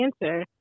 answer